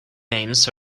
names